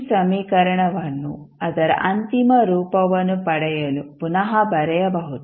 ಈ ಸಮೀಕರಣವನ್ನು ಅದರ ಅಂತಿಮ ರೂಪವನ್ನು ಪಡೆಯಲು ಪುನಃ ಬರೆಯಬಹುದು